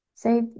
Say